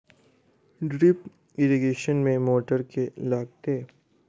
Drip irrigation मे motor केँ लागतै?